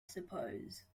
suppose